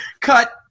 Cut